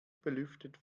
belüftet